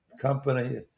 company